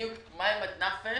שהגיעו מים עד נפש,